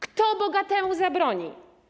Kto bogatemu zabroni?